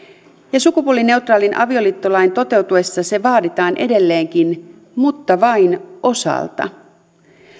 ja sukupuolineutraalin avioliittolain toteutuessa se se vaaditaan edelleenkin mutta vain osalta